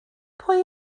pwy